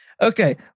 Okay